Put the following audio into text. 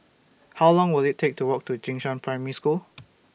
How Long Will IT Take to Walk to Jing Shan Primary School